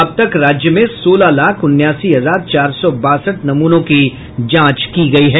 अब तक राज्य में सोलह लाख उनासी हजार चार सौ बासठ नमूनों की जांच हो चुकी है